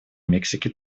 мексики